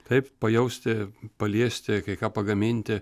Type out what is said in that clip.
taip pajausti paliesti kai ką pagaminti